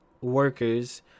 workers